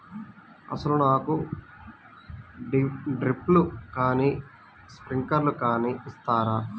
అసలు నాకు డ్రిప్లు కానీ స్ప్రింక్లర్ కానీ ఇస్తారా?